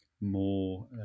more